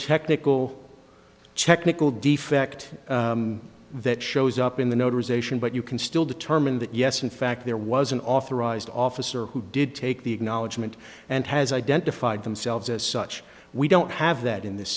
technical technical defect that shows up in the notarization but you can still determine that yes in fact there was an authorised officer who did take the acknowledgment and has identified themselves as such we don't have that in this